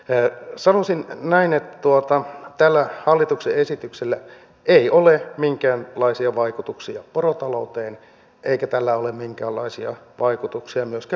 mutta sanoisin näin että tällä hallituksen esityksellä ei ole minkäänlaisia vaikutuksia porotalouteen eikä tällä ole minkäänlaisia vaikutuksia myöskään ympäristöön